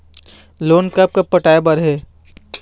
Loan कब कब पटाए बर हे?